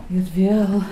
ir vėl